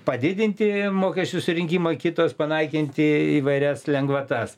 padidinti mokesčių surinkimą kitos panaikinti įvairias lengvatas